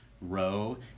row